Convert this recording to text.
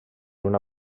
una